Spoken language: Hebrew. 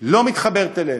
לא מתחברת אליהם.